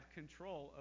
control